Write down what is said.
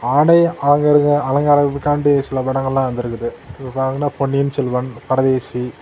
ஆடை அலங்கரிங்க அலங்காரத்துக்காண்டி சில படங்கள்லாம் வந்திருக்குது இப்போ பார்த்திங்கன்னா பொன்னியின் செல்வன் பரதேசி